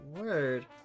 Word